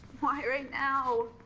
why right now?